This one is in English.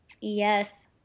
Yes